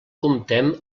comptem